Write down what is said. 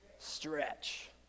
stretch